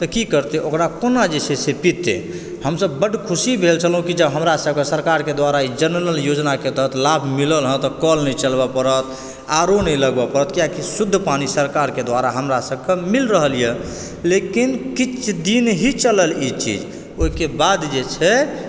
तऽ की करतै ओकरा कोना जे छै से पीतै हमसब बड ख़ुशी भेल छलहुॅं की हमरा सबके सरकार के द्वारा जल नल योजना के तहत लाभ मिलल हँ तऽ कल नहि चलबऽ परत आर ओ नहि लगबै परत कियाकि शुद्ध पानि सरकार के द्वारा हमरा सबके मिल रहल यऽ लेकिन किछु दिन ही चलल ई चीज ओहि के बाद जे छै